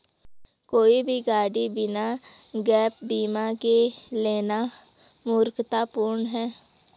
कोई भी गाड़ी बिना गैप बीमा के लेना मूर्खतापूर्ण है